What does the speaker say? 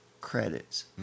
credits